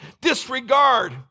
disregard